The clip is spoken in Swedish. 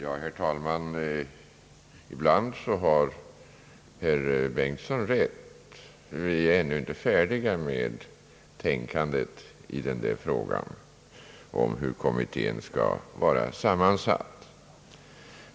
Herr talman! Ibland har herr Dahlén rätt. Vi är ännu inte färdiga med tänkandet i frågan om hur kommittén skall vara sammansatt.